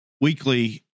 weekly